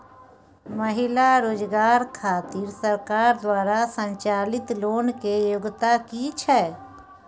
महिला रोजगार खातिर सरकार द्वारा संचालित लोन के योग्यता कि छै?